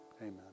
Amen